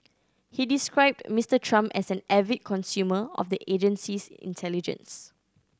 he described Mister Trump as an avid consumer of the agency's intelligence